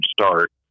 start